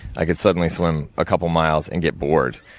i could suddenly swim a couple of miles, and get bored.